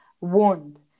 wound